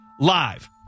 Live